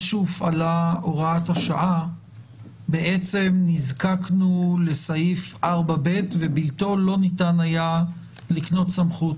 שהופעלה הוראת השעה בעצם נזקקנו לסעיף 4ב ובעתו לא ניתן היה לקנות סמכות,